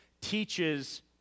teaches